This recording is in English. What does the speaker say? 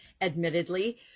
admittedly